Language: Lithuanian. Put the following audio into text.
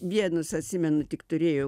vienus atsimenu tik turėjo